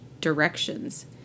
directions